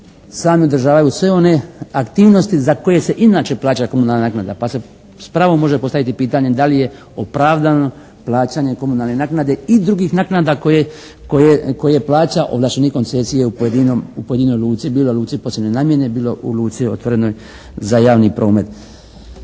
sami održavaju sve one aktivnosti za koje se inače plaća komunalna naknada. Pa se s pravom može postaviti pitanje da li je opravdano plaćanje komunalne naknade i drugih naknade koje plaća ovlaštenik koncesije u pojedinoj luci. Bilo luci posebne namjene, bilo luci otvorenoj za javni promet.